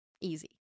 Easy